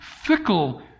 fickle